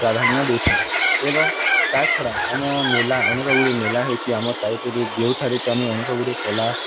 ପ୍ରାଧାନ୍ୟ ଦେଇଥାଉ ଏବଂ ତା ଛଡ଼ା ଆମ ମେଲା ଅନେକ ଗୁଡ଼ିଏ ମେଲା ହେଉଛି ଆମ ସାଇଟରେ ଯେଉଁଠାରେ କି ଆମେ ଅନେକ ଗୁଡ଼ିଏ କଲା